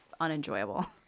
unenjoyable